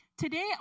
Today